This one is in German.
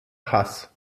hass